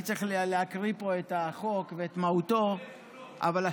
אני צריך להקריא פה את החוק ואת מהותו, אבל,